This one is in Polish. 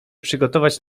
przygotować